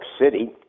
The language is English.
City